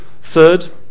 Third